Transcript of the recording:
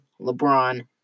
LeBron